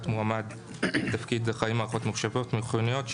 מועמד לתפקיד אחראי מערכות ממוחשבות חיוניות,